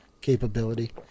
capability